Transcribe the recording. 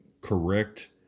correct